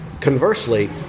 conversely